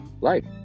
life